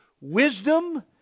Wisdom